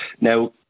Now